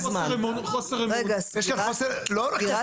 חוסר אמון.